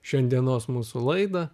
šiandienos mūsų laidą